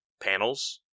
panels